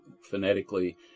phonetically